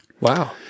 Wow